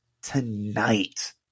Tonight